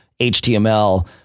HTML